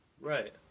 Right